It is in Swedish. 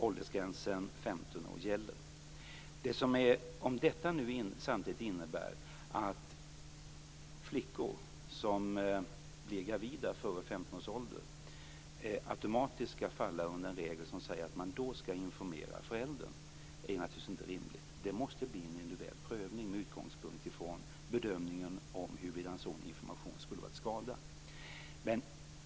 Åldersgränsen Det är naturligtvis inte rimligt om detta samtidigt innebär att man automatiskt skall informera föräldrarna till flickor som blir gravida före 15 års ålder. Det måste bli en individuell prövning med utgångspunkt i bedömningen av huruvida en sådan information skulle vara till skada.